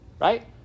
right